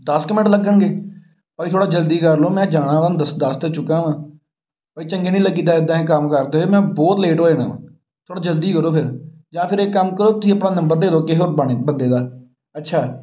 ਦਸ ਕੁ ਮਿੰਟ ਲੱਗਣਗੇ ਭਾਅ ਜੀ ਥੋੜ੍ਹਾ ਜਲਦੀ ਕਰ ਲਓ ਮੈਂ ਜਾਣਾ ਵਾ ਤੁਹਾਨੂੰ ਦਸ ਦੱਸ ਤਾਂ ਚੁੱਕਾ ਹਾਂ ਭਾਅ ਜੀ ਚੰਗੇ ਨਹੀਂ ਲੱਗੀਦਾ ਇੱਦਾਂ ਦੇ ਕੰਮ ਕਰਦੇ ਹੋਏ ਮੈਂ ਬਹੁਤ ਲੇਟ ਹੋ ਜਾਣਾ ਵਾ ਥੋੜ੍ਹਾ ਜਲਦੀ ਕਰੋ ਫਿਰ ਜਾਂ ਫਿਰ ਇੱਕ ਕੰਮ ਕਰੋ ਤੁਸੀਂ ਆਪਣਾ ਨੰਬਰ ਦੇ ਦਿਉ ਕਿਸੇ ਹੋਰ ਬੰਦੇ ਦਾ ਅੱਛਾ